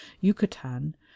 yucatan